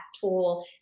tool